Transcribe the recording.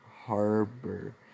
Harbor